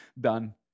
done